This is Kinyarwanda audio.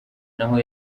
naho